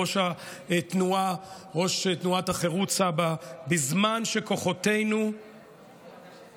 ראש תנועת החרות סבא: בזמן שכוחותינו לוחמים,